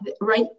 right